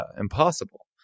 Impossible